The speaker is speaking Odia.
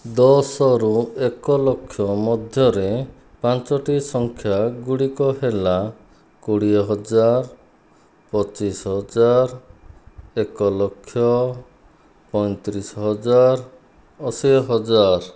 ଦଶରୁ ଏକଲକ୍ଷ ମଧ୍ୟରେ ପାଞ୍ଚଟି ସଂଖ୍ୟାଗୁଡ଼ିକ ହେଲା କୋଡ଼ିଏ ହଜାର ପଚିଶହଜାର ଏକଲକ୍ଷ ପଇଁତିରିଶ ହଜାର ଅଶି ହଜାର